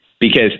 because-